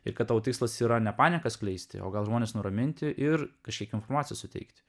ir kad tavo tikslas yra ne panieką skleisti o gal žmones nuraminti ir kažkiek informacijos suteikti